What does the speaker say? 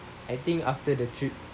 I think after the trip